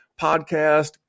podcast